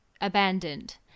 abandoned